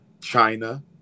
china